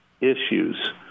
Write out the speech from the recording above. issues